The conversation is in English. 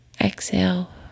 Exhale